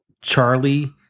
Charlie